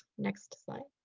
next slide.